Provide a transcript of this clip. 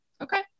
Okay